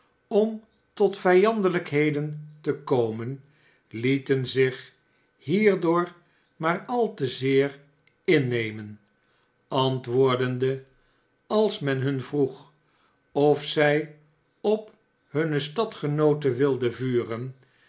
om tot viiandelijkheden te komen lieten zich hierdoor maar al te zeer innemen antwoordende als men hun vroeg of zij op hunne stadgenooten wilden vuren